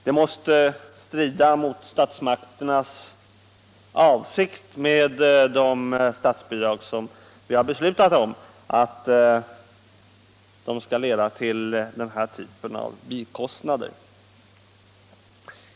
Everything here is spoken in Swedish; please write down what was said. Det måste strida mot statsmakternas avsikt att de statsbidrag vi har beslutat om skall leda till den typen av bikostnader.